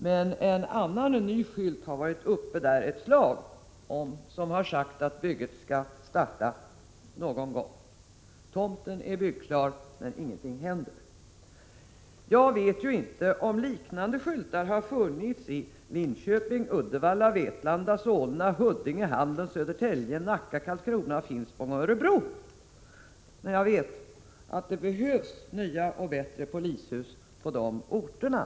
Men en ny skylt har varit uppsatt ett slag, och där sades det att bygget skulle starta — någon gång. Tomten är byggklar, men ingenting händer. Jag vet inte om liknande skyltar har funnits i Linköping, Uddevalla, Vetlanda, Solna, Huddinge, Handen, Södertälje, Nacka, Karlskrona, Finspång och Örebro. Men jag vet att det behövs nya och bättre polishus också på de orterna.